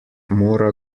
mora